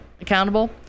accountable